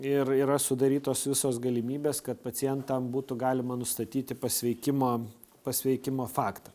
ir yra sudarytos visos galimybės kad pacientam būtų galima nustatyti pasveikimą pasveikimo faktą